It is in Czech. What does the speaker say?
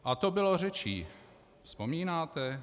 A to bylo řečí, vzpomínáte?